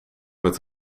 met